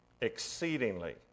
exceedingly